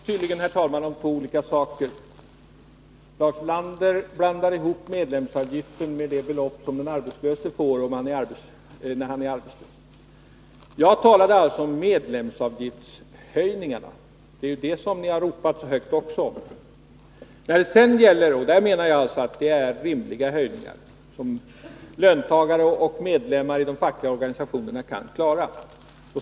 Herr talman! Nu talar vi tydligen om två olika saker. Lars Ulander blandar ihop medlemsavgiften med det belopp som den arbetslöse får, när han är arbetslös. Jag talade alltså om medlemsavgiftshöjningarna. Även om dem har ni ropat högt. Jag menar att det här rör sig om rimliga höjningar som löntagare och medlemmar i de fackliga organisationerna kan klara.